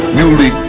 newly